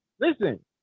Listen